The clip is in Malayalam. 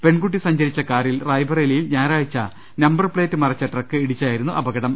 പെൺകുട്ടി സഞ്ചരിച്ച കാറിൽ റായ്ബറേലിയിൽ ഞായറാഴ്ച്ച നമ്പർ പ്ലേറ്റ് മറച്ച ട്രക്ക് ഇടിച്ചായിരുന്നു അപകടം